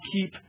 keep